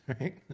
right